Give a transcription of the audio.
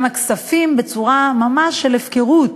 גם הכספים, בצורה ממש של הפקרות,